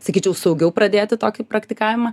sakyčiau saugiau pradėti tokį praktikavimą